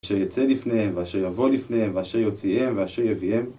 אשר יצא לפניהם, ואשר יבוא לפניהם, ואשר יוציאם, ואשר יביאם.